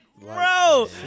bro